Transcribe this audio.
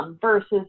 versus